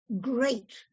great